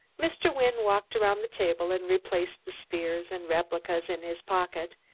mr. wynne walked around the table and replaced the spheres and replicas in his pocket,